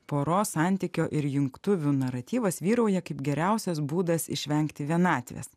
poros santykio ir jungtuvių naratyvas vyrauja kaip geriausias būdas išvengti vienatvės